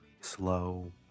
slow